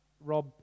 Rob